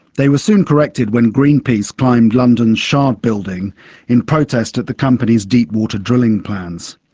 they were soon corrected when greenpeace climbed london's shard building in protest at the company's deepwater drilling plans.